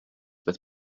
with